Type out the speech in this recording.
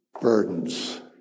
burdens